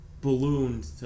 ballooned